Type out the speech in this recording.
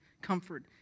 comfort